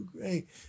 great